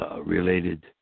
related